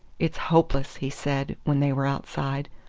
it's hopeless, he said, when they were outside,